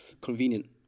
convenient